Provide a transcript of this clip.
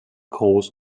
groß